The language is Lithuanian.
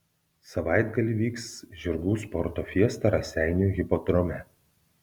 savaitgalį vyks žirgų sporto fiesta raseinių hipodrome